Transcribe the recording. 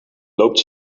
loopt